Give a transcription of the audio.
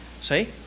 See